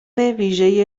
ویژه